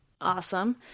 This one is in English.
Awesome